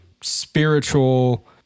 spiritual